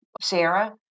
Sarah